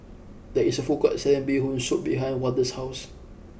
there is a food court selling Bee Hoon Soup behind Wardell's house